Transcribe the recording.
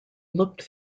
looked